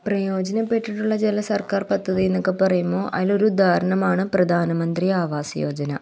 പ്രയോജനപ്പെട്ടിട്ടുള്ള ചില സർക്കാർ പദ്ധ്യതീന്നക്കെ പറയുമ്പോൾ അതിനൊരുദാഹരണമാണ് പ്രധാനമന്ത്രി ആവാസ് യോജന